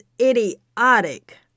idiotic